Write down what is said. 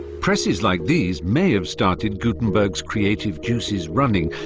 presses like these may have started gutenberg's creative juices running,